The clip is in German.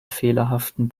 fehlerhaften